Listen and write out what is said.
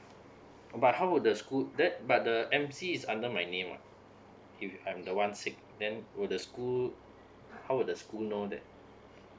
but how would the school that but the M C is under my name ah if I'm the one sick then would the school how the school know that